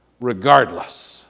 regardless